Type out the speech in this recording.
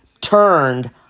turned